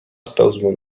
spełzły